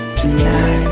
tonight